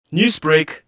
Newsbreak